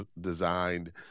designed